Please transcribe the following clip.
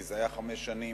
כי זה היה חמש שנים